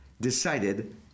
decided